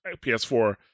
PS4